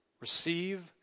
Receive